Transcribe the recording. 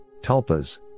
tulpas